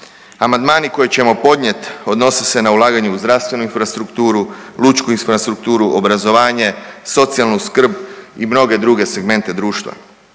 Amandmani koje ćemo podnijet odnose se na ulaganje u zdravstvenu infrastrukturu, lučku infrastrukturu, obrazovanje, socijalnu skrb i mnoge druge segmente društva.